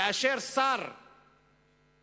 כאשר שר התחבורה